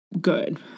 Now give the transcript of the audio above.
good